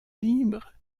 libre